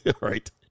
right